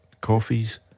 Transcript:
Coffees